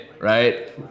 right